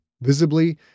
visibly